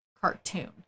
cartoon